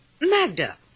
Magda